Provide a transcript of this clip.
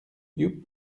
yupp